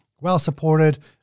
well-supported